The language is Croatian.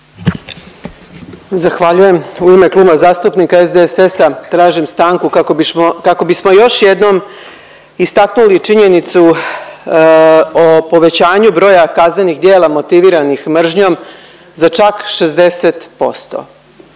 Zahvaljujem. U ime Kluba zastupnika SDSS-a tražim stanku kako bismo još jednom istaknuli činjenicu o povećanju broja kaznenih djela motiviranih mržnjom za čak 60%.